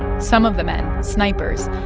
some of the men, snipers,